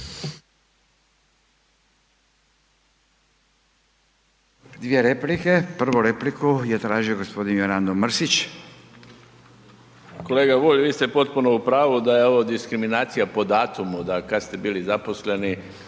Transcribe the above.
Dvije repliku, prvu repliku je tražio g. Mirando Mrsić. **Mrsić, Mirando (Demokrati)** Kolega Bulj, vi ste potpuno u pravu da je ovo diskriminacija po datumu, da kad ste bili zaposleni,